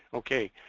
okay,